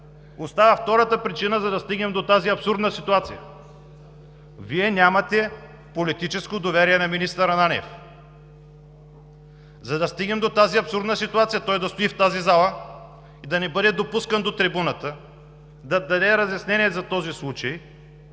Остава втората причина, за да стигнем до тази абсурдна ситуация. Вие нямате политическо доверие на министър Ананиев. За да стигнем до тази абсурдна ситуация той да стои в тази зала и да не бъде допускан до трибуната да даде разяснение за този случай,